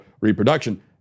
reproduction